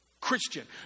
Christian